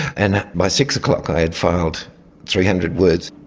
and by six o'clock i had filed three hundred words.